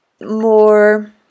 more